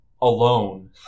alone